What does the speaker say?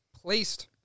placed